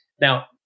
Now